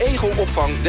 Egelopvang